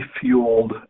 fueled